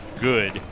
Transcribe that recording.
good